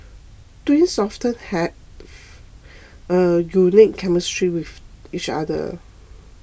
twins often have a unique chemistry with each other